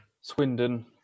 Swindon